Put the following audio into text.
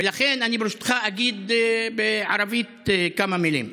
ולכן, ברשותך אני אגיד בערבית כמה מילים.